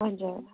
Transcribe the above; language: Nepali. हुन्छ हुन्छ